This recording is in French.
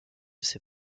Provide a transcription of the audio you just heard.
ses